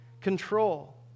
control